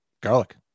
garlic